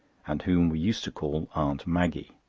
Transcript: and whom we used to call aunt maggie.